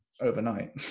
overnight